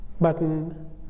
button